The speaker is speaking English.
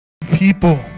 people